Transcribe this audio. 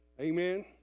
Amen